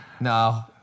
No